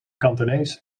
kantonees